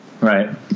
Right